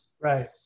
Right